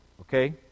okay